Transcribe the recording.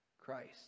Christ